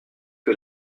que